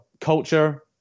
culture